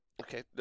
Okay